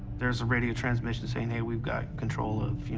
there's a radio transmission saying, hey, we've got control of, you